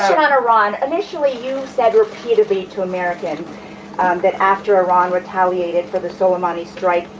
about iran initially, you said repeatedly to america that after iran retaliated for the suleimani strike,